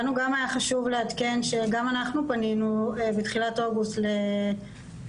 לנו גם היה חשוב לעדכן שגם אנחנו פנינו בתחילת אוגוסט למר